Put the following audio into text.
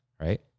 Right